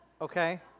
okay